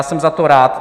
Jsem za to rád.